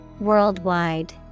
Worldwide